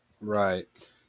right